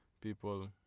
people